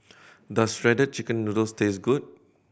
does Shredded Chicken Noodles taste good